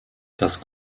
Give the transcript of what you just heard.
das